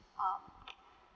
uh